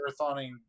marathoning